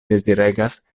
deziregas